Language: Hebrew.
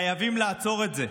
חייבים לעצור את זה,